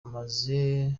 amaze